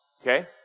Okay